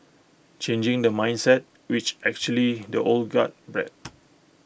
changing the mindset which actually the old guard bred